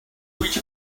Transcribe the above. reach